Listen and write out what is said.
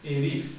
eh rif